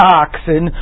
oxen